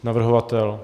Navrhovatel?